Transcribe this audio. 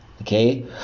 okay